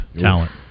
talent